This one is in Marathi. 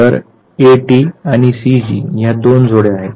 तर ए टी आणि सी जी या दोन जोड्या आहेत